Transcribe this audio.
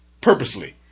purposely